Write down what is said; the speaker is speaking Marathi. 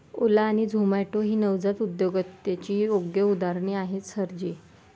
ओला आणि झोमाटो ही नवजात उद्योजकतेची योग्य उदाहरणे आहेत सर जी